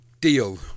deal